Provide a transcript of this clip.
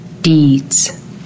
deeds